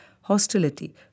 hostility